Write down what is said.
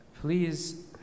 Please